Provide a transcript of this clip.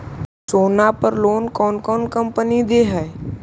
सोना पर लोन कौन कौन कंपनी दे है?